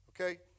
Okay